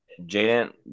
Jaden